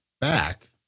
back